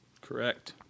Correct